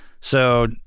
So-